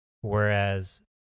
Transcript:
Whereas